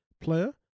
player